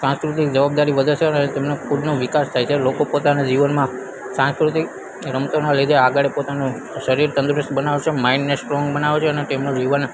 સાંસ્કૃતિક જવાબદારી વધે છે અને તેમનો ખુદનો વિકાસ થાય છે લોકો પોતાના જીવનમાં સાંસ્કૃતિક રમતોના લીધે આગળ પોતાનું શરીર તંદુરસ્ત બનાવશે માઇંડને સ્ટ્રોંગ બનાવે છે અને તેમનું જીવન